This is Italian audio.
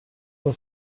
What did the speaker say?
sua